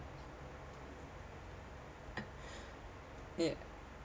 ya